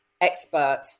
expert